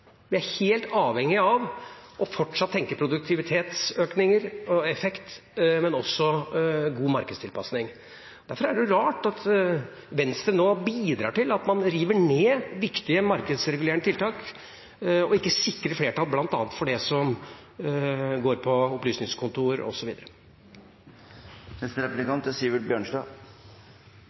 Vi er helt avhengig av fortsatt å tenke produktivitetsøkning og effekt, og også god markedstilpasning. Derfor er det rart at Venstre nå bidrar til at man river ned viktige markedsregulerende tiltak og ikke sikrer flertall for bl.a. det som går på opplysningskontor osv. Representanten Storberget er